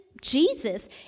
Jesus